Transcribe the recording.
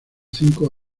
cinco